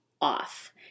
off